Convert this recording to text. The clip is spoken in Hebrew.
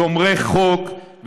שומרי חוק,